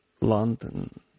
London